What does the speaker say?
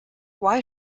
why